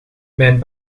mijn